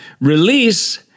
release